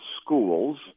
schools